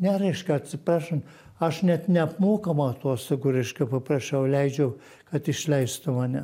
nereiškia atsiprašant aš net neapmokamų atostogų reiškia paprašiau leidžiau kad išleistų mane